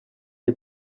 les